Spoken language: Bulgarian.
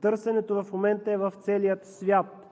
Търсенето в момента е в целия свят.